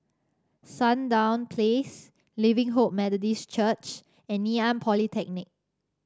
Sandown Place Living Hope Methodist Church and Ngee Ann Polytechnic